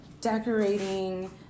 decorating